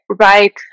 right